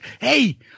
Hey